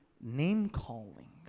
Name-calling